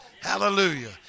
hallelujah